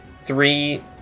three